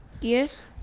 Yes